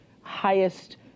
highest